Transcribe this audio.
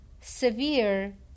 severe